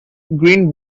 green